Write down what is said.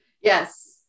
Yes